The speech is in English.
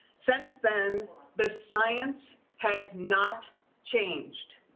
since then, the science has not changed.